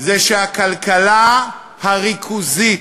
זה שהכלכלה הריכוזית,